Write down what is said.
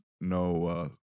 no